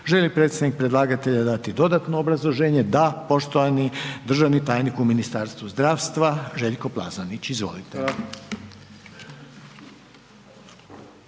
li predstavnik predlagatelja dati dodatno obrazloženje? Da, poštovana državna tajnica u Ministarstvu hrvatskih branitelja Nevenka Benić. Izvolite.